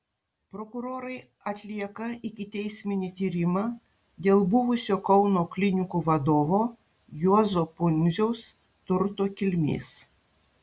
prokurorai atlieka ikiteisminį tyrimą dėl buvusio kauno klinikų vadovo juozo pundziaus turto kilmės